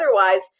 otherwise